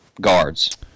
guards